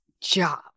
job